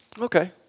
okay